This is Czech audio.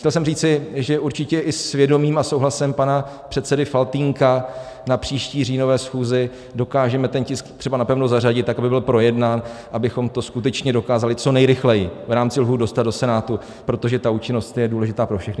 Chtěl jsem říci, že určitě i s vědomím a souhlasem pana předsedy Faltýnka na příští říjnové schůzi dokážeme ten tisk třeba napevno zařadit tak, aby byl projednán, abychom to skutečně dokázali co nejrychleji v rámci lhůt dostat do Senátu, protože ta účinnost je důležitá pro všechny.